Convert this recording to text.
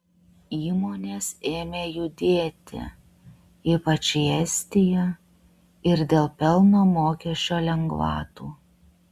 įmonės ėmė judėti ypač į estiją ir dėl pelno mokesčio lengvatų